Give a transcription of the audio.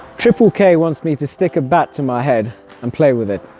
triple k wants me to stick a bat to my head and play with it.